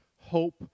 hope